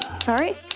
Sorry